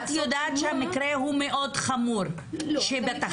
יודעת שהמקרה הוא מאוד חמור שבתחקיר.